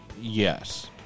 Yes